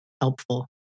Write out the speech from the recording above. helpful